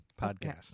podcast